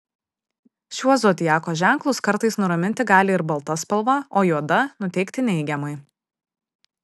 šiuos zodiako ženklus kartais nuraminti gali ir balta spalva o juoda nuteikti neigiamai